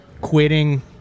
quitting